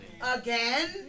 again